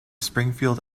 springfield